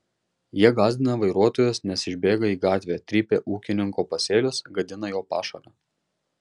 jie gąsdina vairuotojus nes išbėga į gatvę trypia ūkininko pasėlius gadina jo pašarą